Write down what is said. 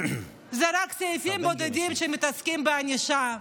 רק סעיפים בודדים שמתעסקים בענישה.